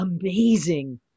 amazing